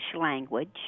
language